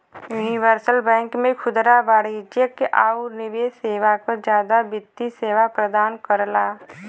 universal bank में खुदरा वाणिज्यिक आउर निवेश सेवा क जादा वित्तीय सेवा प्रदान करला